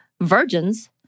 virgins